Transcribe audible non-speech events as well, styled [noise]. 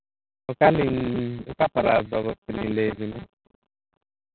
ᱚᱠᱟᱞᱤᱧ ᱚᱠᱟ ᱯᱟᱲᱟ ᱨᱮᱫᱚ [unintelligible] ᱞᱟᱹᱭ ᱟᱹᱵᱤᱱᱟ